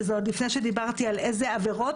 וזה עוד לפני שדיברתי על איזה עבירות